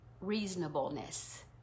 reasonableness